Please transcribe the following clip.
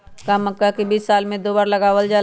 का मक्का के बीज साल में दो बार लगावल जला?